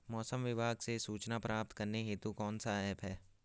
मौसम विभाग से सूचना प्राप्त करने हेतु कौन सा ऐप है?